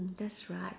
that's right